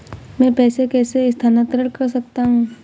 मैं पैसे कैसे स्थानांतरण कर सकता हूँ?